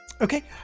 Okay